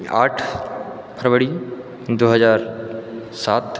आठ फरवरी दू हजार सात